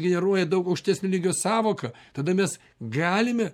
generuoja daug aukštesnio lygio sąvoka tada mes galime